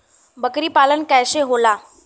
बकरी पालन कैसे होला?